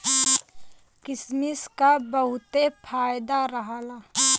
किसमिस क बहुते फायदा रहला